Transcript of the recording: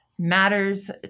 matters